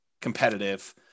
competitive